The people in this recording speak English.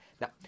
Now